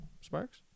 Sparks